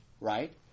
right